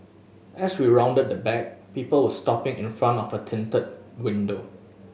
as we rounded the back people were stopping in front of a tinted window